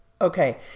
okay